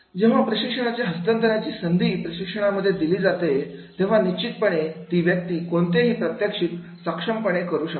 जेव्हा प्रशिक्षणाच्या हस्तांतरणाची संधी प्रशिक्षणामध्ये दिली जाते तेव्हा निश्चितपणे ती व्यक्ती कोणतेही प्रात्यक्षिक सक्षम पणे करू शकते